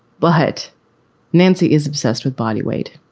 but nancy is obsessed with body weight,